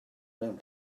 mewn